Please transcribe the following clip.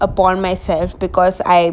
upon myself because I